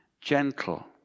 gentle